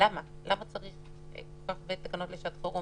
למה צריך להשתמש בתקנות לשעת חירום?